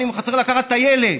אני צריך לקחת את הילד.